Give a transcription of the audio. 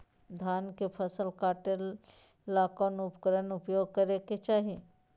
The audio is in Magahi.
धान के फसल काटे ला कौन उपकरण उपयोग करे के चाही?